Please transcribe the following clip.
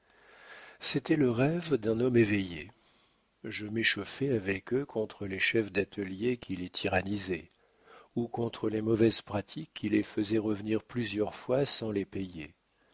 c'était le rêve d'un homme éveillé je m'échauffais avec eux contre les chefs d'atelier qui les tyrannisaient ou contre les mauvaises pratiques qui les faisaient revenir plusieurs fois sans les payer